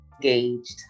engaged